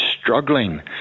struggling